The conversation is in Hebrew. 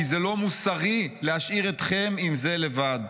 כי זה לא מוסרי להשאיר אתכן עם זה לבד'.